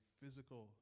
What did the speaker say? physical